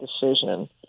decision